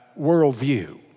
worldview